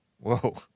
Whoa